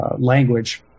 language